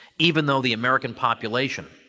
even though the american population